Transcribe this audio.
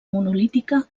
monolítica